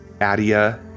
Adia